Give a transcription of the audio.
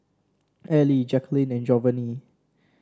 Allie Jaquelin and Jovanny